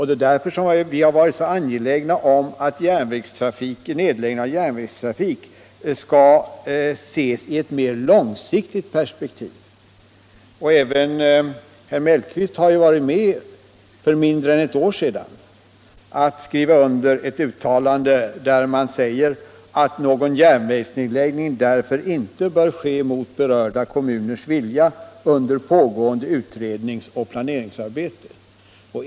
Det är därför vi varit så angelägna om att nedläggning av järnvägstrafik skall ses i ett mer långsiktigt perspektiv. Även herr Mellqvist har för mindre än ett år sedan varit med om att skriva under ett uttalande från riksdagens sida om att någon järnvägsnedläggning inte bör ske mot berörda kommuners vilja under pågående utredningsoch planeringsarbete.